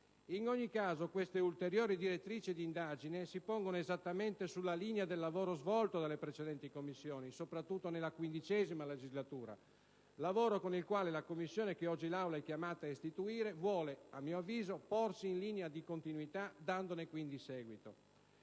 In ogni caso, queste ulteriori direttrici di indagine si pongono esattamente sulla linea del lavoro svolto dalle precedenti Commissioni, soprattutto nella XV legislatura: lavoro con il quale la Commissione che oggi l'Aula è chiamata a istituire dovrebbe, a mio avviso, porsi in linea di continuità, dandone quindi seguito.